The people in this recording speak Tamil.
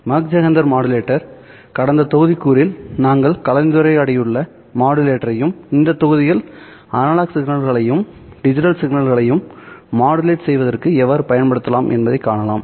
மாக் ஜெஹெண்டர் மாடுலேட்டர் கடந்த தொகுதிக்கூறில் நாங்கள் கலந்துரையாடியுள்ள மாடுலேட்டரையும் இந்த தொகுதியில் அனலாக் சிக்னல்களையும் டிஜிட்டல் சிக்னல்களையும் மாடுலேட் செய்வதற்கு எவ்வாறு பயன்படுத்தலாம் என்பதை காணலாம்